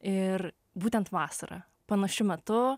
ir būtent vasarą panašiu metu